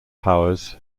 powers